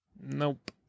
nope